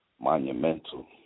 monumental